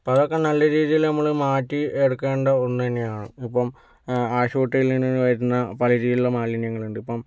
ഇപ്പോൾ അതൊക്കെ നല്ല രീതിയിൽ നമ്മൾ മാറ്റി എടുക്കേണ്ട ഒന്ന് തന്നെയാണ് ഇത് ഇപ്പോൾ ആശുപത്രിയിൽ നിന്ന് വരുന്ന പല രീതിലുള്ള മാലിന്യങ്ങളുണ്ട് ഇപ്പോൾ